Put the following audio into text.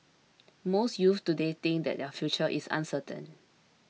most youths today think that their future is uncertain